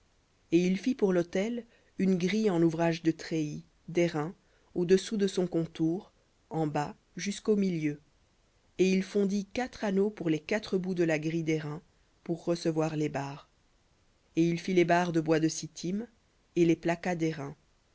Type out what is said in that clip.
et il fit pour l'autel une grille en ouvrage de treillis d'airain au-dessous de son contour en bas jusqu'au milieu et il fondit quatre anneaux pour les quatre bouts de la grille d'airain pour recevoir les barres et il fit les barres de bois de sittim et les